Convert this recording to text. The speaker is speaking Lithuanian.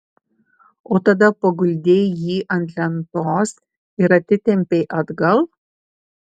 o tada paguldei jį ant lentos ir atitempei atgal